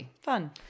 Fun